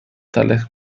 tales